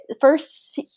first